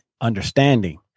understanding